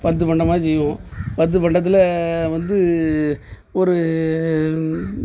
பத்து பண்டமாவது செய்வோம் பத்து பண்டத்தில் வந்து ஒரு